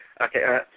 okay